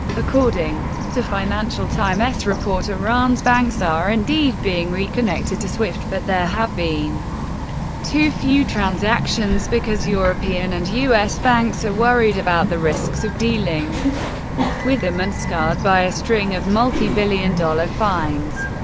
according to financial timess report, iran's banks are indeed being reconnected to swift, but there have been too few transactions, because european and us banks are worried about the risks of dealing with them and scarred by a string of multibillion-dollar fines.